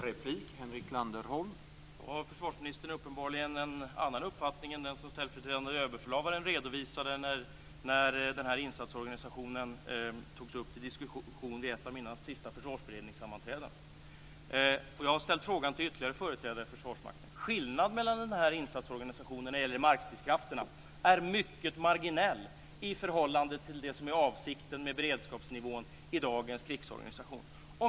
Herr talman! Försvarsministern har uppenbarligen en annan uppfattning än den som ställföreträdande överbefälhavaren redovisade när insatsorganisationen togs upp till diskussion vid ett av mina senaste försvarsberedningssammanträden. Jag har ställt frågan till ytterligare företrädare för Försvarsmakten. Skillnaden när det gäller den här insatsorganisationen eller markstridskrafterna är mycket marginell i förhållande till det som är avsikten med beredskapsnivån i dagens krigsorganisation.